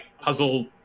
puzzle